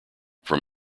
from